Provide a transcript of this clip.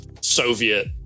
soviet